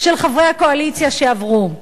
של חברי הקואליציה, שעברו: